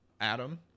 Adam